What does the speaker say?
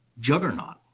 juggernaut